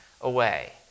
away